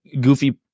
goofy